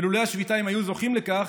ולולא השביתה הם היו זוכים לכך,